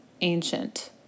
ancient